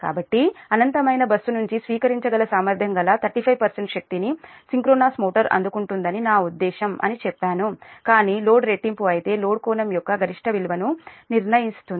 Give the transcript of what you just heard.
కాబట్టి అనంతమైన బస్సు నుంచి స్వీకరించగల సామర్థ్యం గల 35 శక్తిని సింక్రోనస్ మోటారు అందుకుంటుందని నా ఉద్దేశ్యం అని చెప్పాను కానీ లోడ్ రెట్టింపు అయితే లోడ్ కోణం యొక్క గరిష్ట విలువను నిర్ణయిస్తుంది